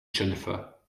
jennifer